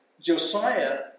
Josiah